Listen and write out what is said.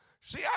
See